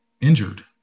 injured